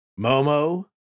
Momo